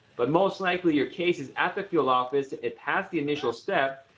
but most likely, your case is at the field office, it passed the initial step,